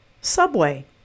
Subway